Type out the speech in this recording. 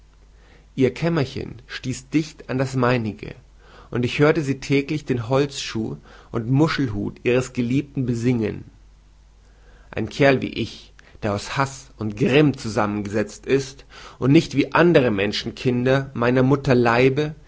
ihr kämmerchen stieß dicht an das meinige und ich hörte sie täglich den holzschuh und muschelhut ihres geliebten besingen ein kerl wie ich der aus haß und grimm zusammengesetzt ist und nicht wie andere menschenkinder seiner mutter leibe